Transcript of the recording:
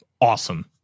Awesome